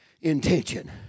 intention